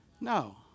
No